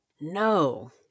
No